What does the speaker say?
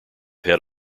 head